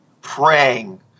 praying